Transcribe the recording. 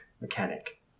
mechanic